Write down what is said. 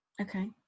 okay